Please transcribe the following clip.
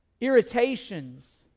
irritations